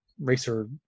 racer